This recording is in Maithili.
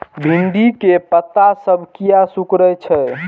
भिंडी के पत्ता सब किया सुकूरे छे?